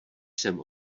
jsem